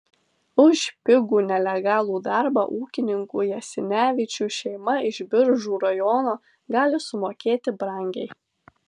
už pigų nelegalų darbą ūkininkų jasinevičių šeima iš biržų rajono gali sumokėti brangiai